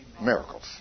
miracles